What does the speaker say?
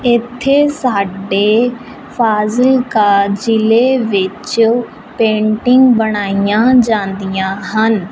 ਇੱਥੇ ਸਾਡੇ ਫਾਜ਼ਿਲਕਾ ਜ਼ਿਲ੍ਹੇ ਵਿੱਚ ਪੇਂਟਿੰਗ ਬਣਾਈਆਂ ਜਾਂਦੀਆਂ ਹਨ